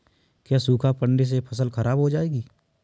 क्या सूखा पड़ने से फसल खराब हो जाएगी?